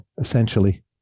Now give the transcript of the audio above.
essentially